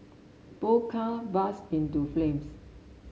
both car burst into flames